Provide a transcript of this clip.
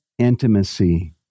intimacy